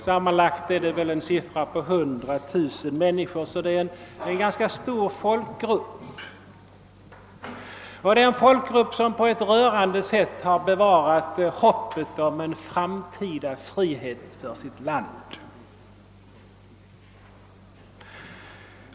Sammanlagt — barn och vuxna — är det fråga om cirka 100 000 människor. Det är alltså en ganska stor folkgrupp, och det är en folkgrupp som på ett imponerande sätt har bevarat hoppet om en framtida frihet för sitt land.